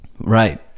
Right